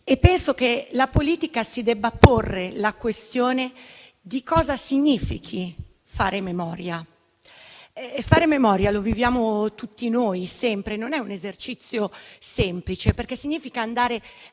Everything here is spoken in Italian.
Penso che la politica si debba porre la questione di che cosa significhi fare memoria. Fare memoria - lo viviamo tutti noi, sempre - non è un esercizio semplice, perché significa andare